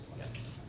Yes